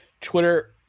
Twitter